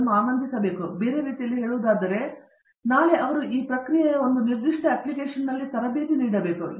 ಆದ್ದರಿಂದ ಬೇರೆ ರೀತಿಯಲ್ಲಿ ಹೇಳುವುದಾದರೆ ನಾಳೆ ಅವರು ಈ ಪ್ರಕ್ರಿಯೆಯ ಒಂದು ನಿರ್ದಿಷ್ಟ ಅಪ್ಲಿಕೇಶನ್ನಲ್ಲಿ ತರಬೇತಿ ನೀಡಬೇಕು